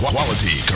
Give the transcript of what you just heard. Quality